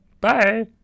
bye